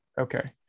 Okay